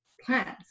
plants